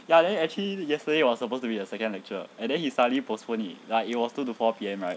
ya then actually yesterday was supposed to be the second lecture and then he suddenly postpone it like it was two to four P_M right